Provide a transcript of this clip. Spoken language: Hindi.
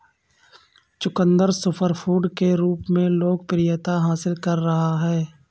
चुकंदर सुपरफूड के रूप में लोकप्रियता हासिल कर रहा है